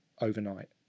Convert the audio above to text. overnight